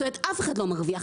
זאת אומרת אף אחד לא מרוויח,